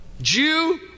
Jew